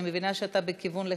אני מבינה שאתה בכיוון לכאן,